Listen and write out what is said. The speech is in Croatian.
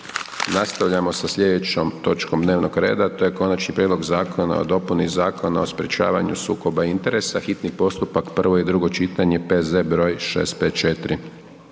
Nastavljamo sa slijedećom točkom dnevnog reda, to je: - Konačni prijedlog Zakona o dopuni Zakona o sprječavanju sukoba interesa, hitni postupak, prvo i drugo čitanje, P.Z. broj 654